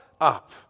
up